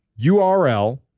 URL